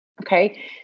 Okay